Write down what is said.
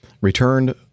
returned